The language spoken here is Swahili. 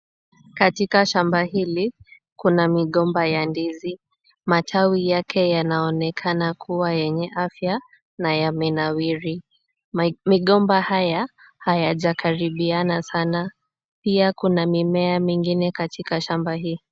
Katika shamba hili kuna migomba ya ndizi. Matawi yake yanaonekana kuwa yenye afya na yamenawiri. Migomba haya, hayajakaribiana sana. Pia kuna mimea mingine katika shamba hii.